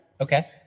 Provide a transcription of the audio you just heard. Okay